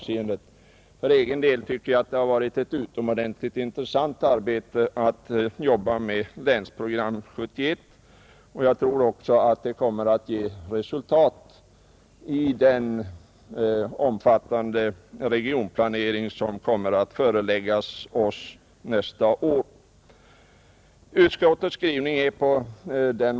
Själv tycker jag att det har varit utomordentligt intressant att arbeta med Länsprogram 1971, och jag tror också att det kommer att ge resultat i den omfattande regionplanering som skall föreläggas oss nästa år. Herr talman!